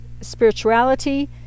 spirituality